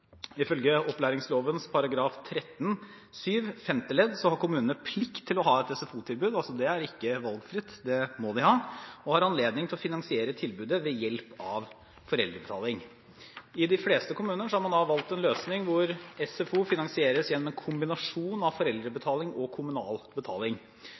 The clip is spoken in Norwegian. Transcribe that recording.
Ifølge opplæringsloven § 13-7 femte ledd har kommunene plikt til å ha et SFO-tilbud – det er ikke valgfritt, det må de ha – og de har anledning til å finansiere tilbudet ved hjelp av foreldrebetaling. I de fleste kommuner har man valgt en løsning hvor SFO finansieres gjennom en kombinasjon av